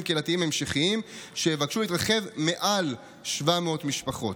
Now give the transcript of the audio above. קהילתיים המשכיים שיבקשו להתרחב מעל ל-700 משפחות.